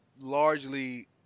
largely